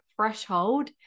threshold